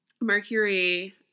Mercury